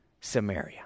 Samaria